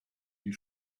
die